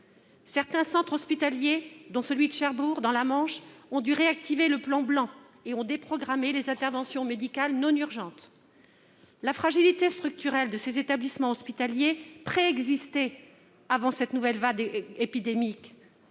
Certains centres hospitaliers, dont celui de Cherbourg, dans la Manche, ont dû réactiver le plan blanc et ont déprogrammé les interventions médicales non urgentes. La fragilité structurelle de ces établissements hospitaliers préexistait avant cette nouvelle vague épidémique.